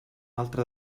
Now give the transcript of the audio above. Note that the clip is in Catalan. altre